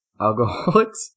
alcoholics